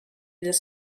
this